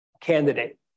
candidate